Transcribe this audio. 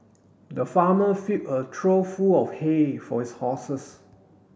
the farmer filled a trough full of hay for his horses